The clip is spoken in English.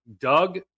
Doug